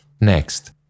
Next